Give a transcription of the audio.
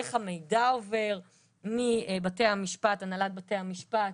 איך המידע עובר מהנהלת בתי המשפט,